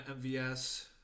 MVS